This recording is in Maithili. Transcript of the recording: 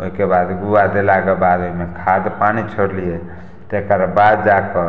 ओहिके बाद गुआ देलाके बाद ओहिमे खाद पानि छोड़लियै तकर बाद जा कऽ